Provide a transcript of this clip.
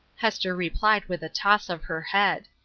hester replied with a toss of her head.